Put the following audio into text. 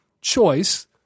choice